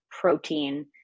protein